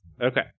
Okay